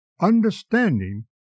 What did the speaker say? understanding